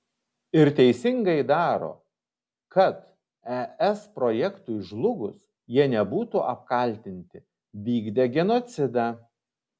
ir teisingai daro kad es projektui žlugus jie nebūtų apkaltinti vykdę genocidą